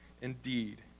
Indeed